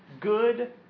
good